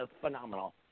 phenomenal